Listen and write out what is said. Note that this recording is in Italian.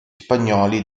spagnoli